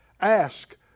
Ask